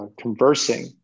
conversing